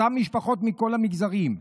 אותן משפחות מכל המגזרים,